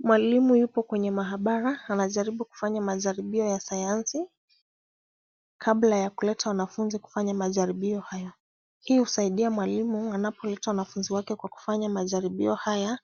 Mwalimu yupo kwenye maabara anajaribu kufanya majaribio ya sayansi kabla ya kuleta wanafunzi kufanya majaribio haya. Hii husaidia mwalimu anapoleta wanafunzi wake kwa kufanya majaribio haya